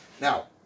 Now